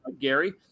Gary